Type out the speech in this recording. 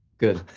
good.